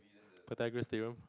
Pythagoras Theorem